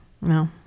No